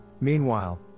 meanwhile